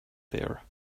there